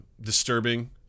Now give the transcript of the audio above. disturbing